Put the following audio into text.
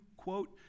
quote